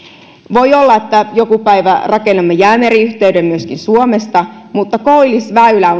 voi olla että joku päivä rakennamme jäämeri yhteyden myöskin suomesta mutta koillisväylä on